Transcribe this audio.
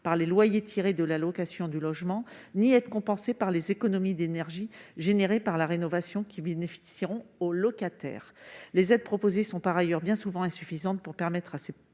par les loyers tirés de la location du logement ni être compensé par les économies d'énergie générées par la rénovation, qui bénéficieront au locataire. Les aides proposées sont par ailleurs bien souvent insuffisantes pour permettre à ces